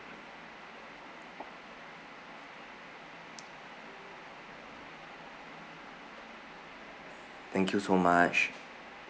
thank you so much